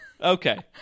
Okay